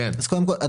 קודם כול,